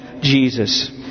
Jesus